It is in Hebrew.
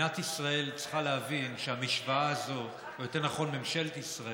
מדינת ישראל, יותר נכון, ממשלת ישראל,